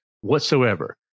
whatsoever